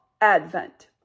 Advent